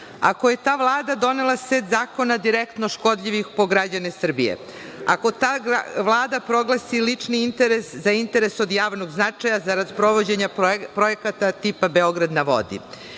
ako je ta Vlada donela set zakona direktno škodljivih po građane Srbije, ako ta Vlada proglasi lični interes za interes od javnog značaja zarad sprovođenja projekata tipa „Beograd na